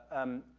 um,